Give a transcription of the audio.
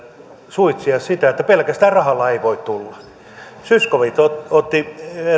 suitsia sitä niin että pelkästään rahalla ei voi tänne tulla edustaja zyskowicz otti